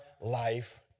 life